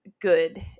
good